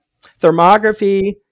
Thermography